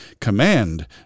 command